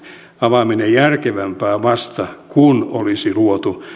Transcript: avaaminen järkevämpää vasta sitten kun olisi luotu